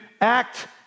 act